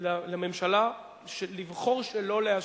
לממשלה לבחור שלא להשיב.